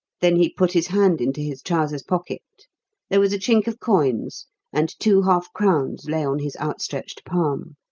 then he put his hand into his trousers pocket there was a chink of coins and two half-crowns lay on his outstretched palm.